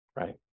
right